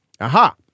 Aha